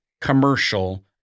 commercial